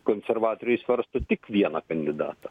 konservatoriai svarsto tik vieną kandidatą